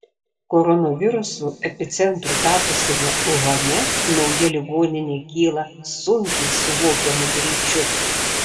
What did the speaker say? koronaviruso epicentru tapusiame uhane nauja ligoninė kyla sunkiai suvokiamu greičiu